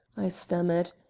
i stammered.